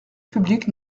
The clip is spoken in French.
public